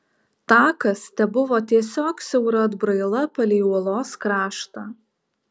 takas tebuvo tiesiog siaura atbraila palei uolos kraštą